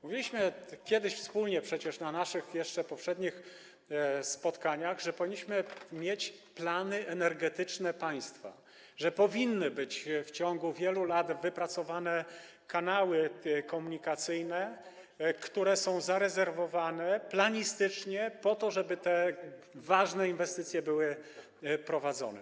Mówiliśmy kiedyś wspólnie przecież na naszych jeszcze poprzednich spotkaniach, że powinniśmy mieć plany energetyczne państwa, że powinny być w ciągu wielu lat wypracowane kanały komunikacyjne, które są zarezerwowane planistycznie po to, żeby te ważne inwestycje były prowadzone.